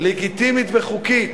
לגיטימית וחוקית.